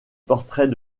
portraits